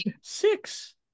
six